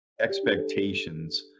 expectations